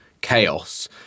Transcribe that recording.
chaos